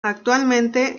actualmente